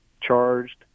charged